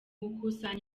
gukusanya